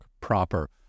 proper